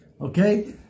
Okay